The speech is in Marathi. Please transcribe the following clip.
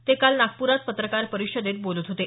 ते काल नागप्रात पत्रकार परिषदेत बोलत होते